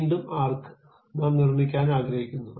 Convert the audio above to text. വീണ്ടും ആർക്ക് നാം നിർമ്മിക്കാൻ ആഗ്രഹിക്കുന്നു